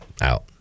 out